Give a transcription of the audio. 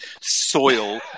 soil